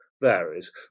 varies